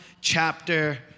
chapter